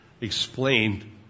explained